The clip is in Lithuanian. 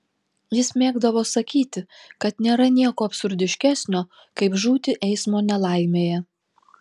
jis mėgdavo sakyti kad nėra nieko absurdiškesnio kaip žūti eismo nelaimėje